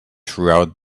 throughout